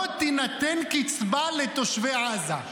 לא תינתן קצבה לתושבי עזה.